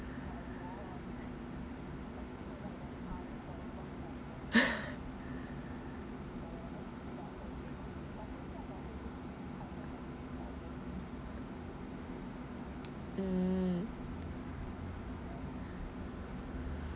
mm